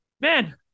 man